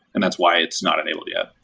and that's why it's not enabled yet.